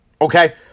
okay